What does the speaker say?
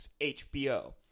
HBO